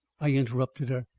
i interrupted her.